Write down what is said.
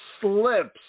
slips